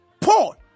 Paul